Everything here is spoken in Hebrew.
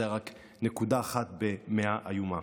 זאת רק נקודה אחת במאה איומה.